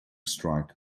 strike